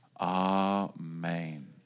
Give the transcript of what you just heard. Amen